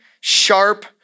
sharp